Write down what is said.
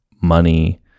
money